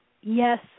Yes